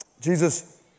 Jesus